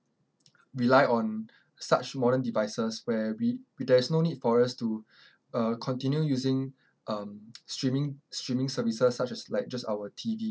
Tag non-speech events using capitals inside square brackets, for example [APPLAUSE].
rely on [BREATH] such modern devices where we there is no need for us to [BREATH] uh continue using [BREATH] um [NOISE] streaming streaming services such as like just our T_V